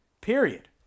period